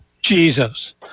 Jesus